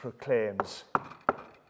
proclaims